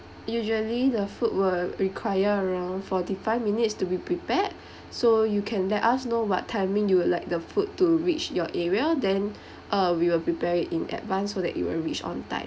usually the food will require around forty five minutes to be prepared so you can let us know what timing you would like the food to reach your area then uh we will prepare it in advance so that it will reach on time